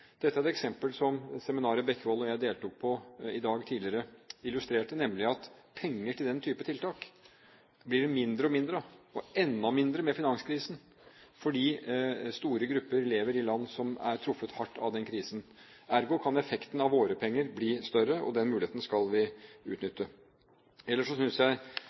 Dette er et eksempel som det seminaret Bekkevold og jeg deltok på tidligere i dag, illustrerte, nemlig at penger til den type tiltak blir det mindre og mindre av, og enda mindre med finanskrisen, fordi store grupper lever i land som er truffet hardt av krisen. Ergo kan effekten av våre penger bli større, og den muligheten skal vi utnytte. Ellers synes jeg